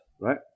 right